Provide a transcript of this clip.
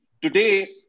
Today